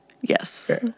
Yes